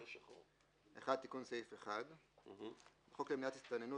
הצעת החוק הממשלתית: הצעת חוק למניעת הסתננות